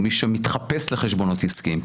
או מי שמתחפש לחשבונות עסקיים,